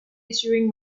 issuing